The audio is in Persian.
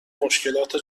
مشکلات